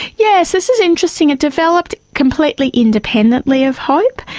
yes, this is interesting, it developed completely independently of hope,